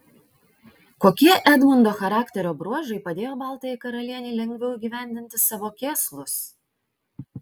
kokie edmundo charakterio bruožai padėjo baltajai karalienei lengviau įgyvendinti savo kėslus